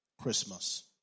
Christmas